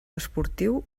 esportiu